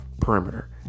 perimeter